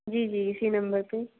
जी जी इसी नंबर पर